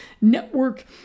network